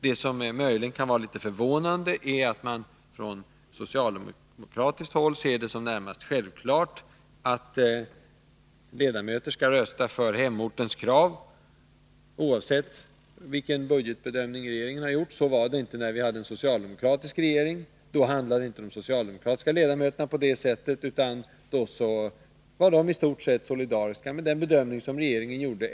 Det som möjligen kan vara förvånande är att man från socialdemokratiskt håll ser det som närmast självklart att ledamöter skall rösta för hemortens krav, oavsett vilken budgetbedömning regeringen har gjort. Så var det inte när vi hade socialdemokratisk regering. De socialdemokratiska ledamöterna handlade inte på det sättet, utan de var i stort sett solidariska med den bedömning som regeringen gjorde.